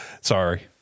Sorry